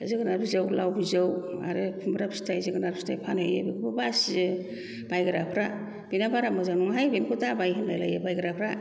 जोगोनार बिजौ लाव बिजौ आरो खुमब्रा फिथाय जोगोनाद फिथाय फानहैयो बेखौबो बासियो बायग्राफ्रा बेना बारा मोजां नङाहाय बेनिखौ दाबाय होनलाय लायो बायग्राफ्रा